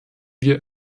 wir